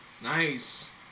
Nice